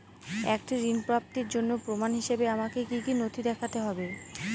একটি ঋণ প্রাপ্তির জন্য প্রমাণ হিসাবে আমাকে কী কী নথি দেখাতে হবে?